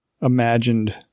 imagined